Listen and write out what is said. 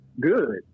good